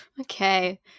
Okay